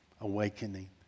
awakening